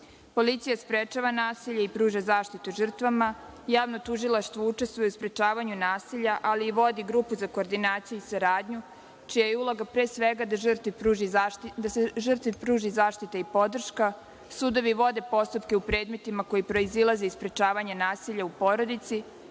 Policija sprečava nasilje i pruža zaštitu žrtvama, Javno tužilaštvo učestvuje u sprečavanju nasilja, ali vodi i grupu za koordinaciju i saradnju, čija je uloga, pre svega, da se žrtvi pruži zaštita i podrška, sudovi vode postupke u predmetima koji proizilaze iz sprečavanja nasilja porodici,